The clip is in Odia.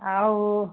ଆଉ